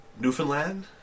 Newfoundland